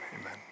amen